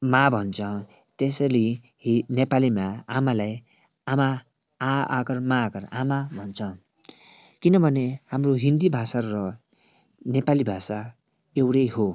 माँ भन्छ त्यसरी नेपालीमा आमालाई आमा आ आकार मा आकार आमा भन्छ किनभने हाम्रो हिन्दी भाषा र नेपाली भाषा एउटै हो